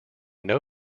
know